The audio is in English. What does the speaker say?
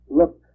look